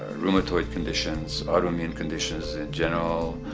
rheumatoid conditions, autoimmune conditions in general,